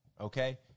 Okay